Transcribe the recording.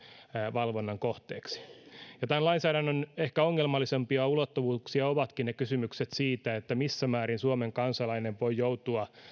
valvonnan kohteeksi tämän lainsäädännön ehkä ongelmallisimpia ulottuvuuksia ovatkin kysymykset siitä missä määrin suomen kansalainen voi joutua